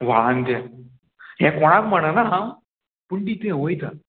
व्हाळान त्या हें कोणाक म्हणना हांव पूण ती तें वयतां